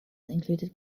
included